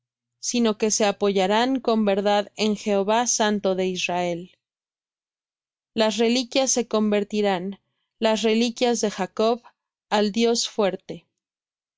sino que se apoyarán con verdad en jehová santo de israel las reliquias se convertirán las reliquias de jacob al dios fuerte